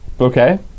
Okay